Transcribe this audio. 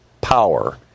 power